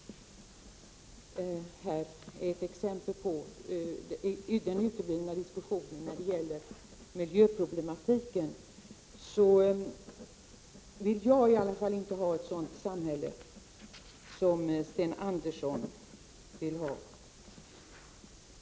För min del vill jag i alla fall inte ha ett sådant samhälle som tydligen Sten Andersson vill ha.